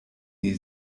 nie